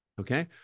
okay